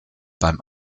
beim